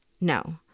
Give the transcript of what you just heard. No